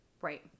Right